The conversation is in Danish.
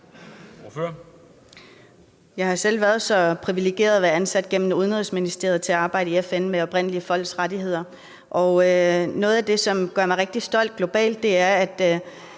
Jeg har selv været så privilegeret at have været ansat i FN gennem Udenrigsministeriet og har arbejdet i FN med oprindelige folks rettigheder. Og noget af det, som gør mig rigtig stolt globalt, er,